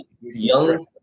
young